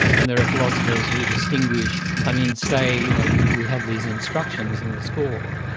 and there are philosophers who distinguish i mean, say you know we we have these instructions in the score,